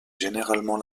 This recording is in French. généralement